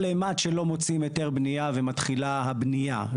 כל אימת שלא מוציאים היתר בנייה ומתחילה הבנייה.